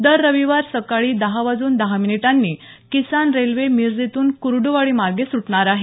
दर रविवार सकाळी दहा वाजून दहा मिनिटांनी किसान रेल्वे मिरजेतून कुर्डुवाडीमार्गे सुटणार आहे